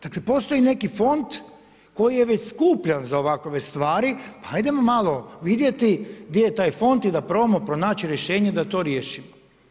Dakle, postoji neki fond koji je već skupljan za ovakove stvari, pa hajdemo malo vidjeti gdje je taj fond i da probamo pronaći rješenje da to riješimo.